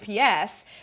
UPS